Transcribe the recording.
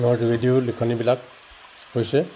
ঙৰ যোগেদিও লিখনিবিলাক হৈছে